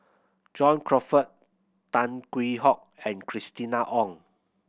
John Crawfurd Tan Hwee Hock and Christina Ong